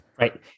Right